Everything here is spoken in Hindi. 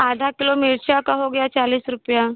आधा किलो मिरचा का हो गया चालीस रुपया